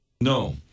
No